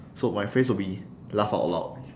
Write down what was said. so my phrase would be laugh out loud